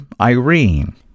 Irene